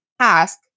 task